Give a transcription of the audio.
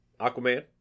Aquaman